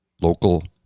Local